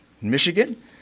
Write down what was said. Michigan